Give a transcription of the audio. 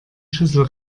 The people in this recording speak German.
schüssel